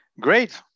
great